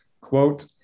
quote